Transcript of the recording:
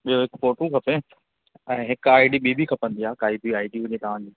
ॿियों हिकु फोटू खपे ऐं हिकु आई डी ॿीं बि खपंदी आहे काई बि आई हुजे तव्हांजी